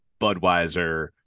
Budweiser